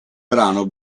brano